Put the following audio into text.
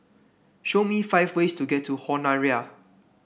show me five ways to get to Honiara